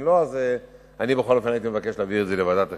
אם לא, הייתי מבקש להעביר את זה לוועדת החינוך.